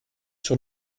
sur